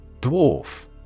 Dwarf